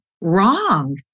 wrong